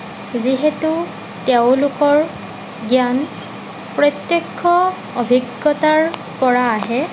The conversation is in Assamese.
যিহেতু তেওঁলোকৰ জ্ঞান প্ৰত্যক্ষ অভিজ্ঞতাৰ পৰা আহে